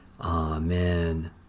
Amen